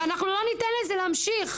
ואנחנו לא ניתן לזה להמשיך.